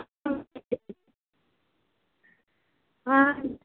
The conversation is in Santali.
ᱦᱮᱸ